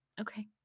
Okay